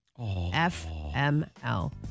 FML